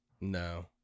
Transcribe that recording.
no